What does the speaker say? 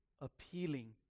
appealing